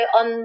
on